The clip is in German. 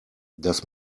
das